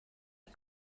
phd